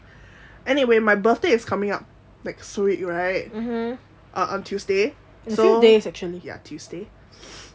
anyway my birthday is coming up next week right uh on tuesday ya tuesday